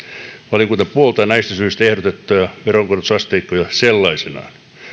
valiokunta puoltaa näistä syistä ehdotettuja veronkorotusasteikkoja sellaisinaan